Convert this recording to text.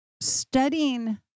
studying